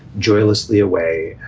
joylessly away.